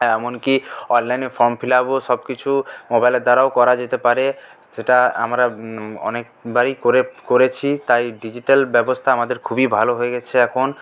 এমনকি অনলাইনে form fill আপও সবকিছু মোবাইলের দ্বারাও করা যেতে পারে সেটা আমরা অনেকবারই করেছি তাই ডিজিটাল ব্যবস্থা আমাদের খুবই ভালো হয়ে গেছে এখন